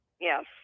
yes